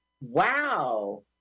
wow